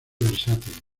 versátil